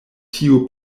tiu